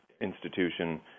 institution